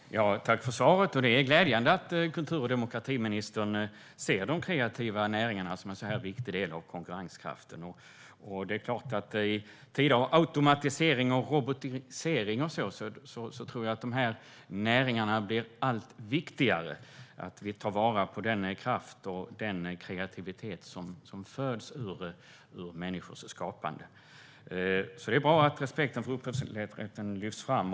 Herr talman! Jag tackar för svaret. Det är glädjande att kultur och demokratiministern ser de kreativa näringarnas viktiga bidrag till konkurrenskraften. I tider av automatisering och robotisering tror jag att de här näringarna blir allt viktigare, och vi måste ta vara på den kraft och kreativitet som föds ur människors skapande. Det är bra att respekten för upphovsrätten lyfts fram.